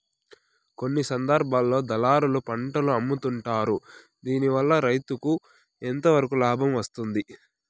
కొన్ని సందర్భాల్లో దళారులకు పంటలు అమ్ముతుంటారు దీనివల్ల రైతుకు ఎంతవరకు లాభం వస్తుంది?